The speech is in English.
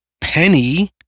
Penny